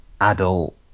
adult